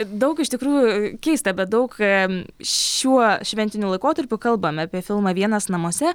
daug iš tikrųjų keista bet daug šiuo šventiniu laikotarpiu kalbame apie filmą vienas namuose